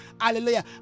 hallelujah